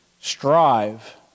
Strive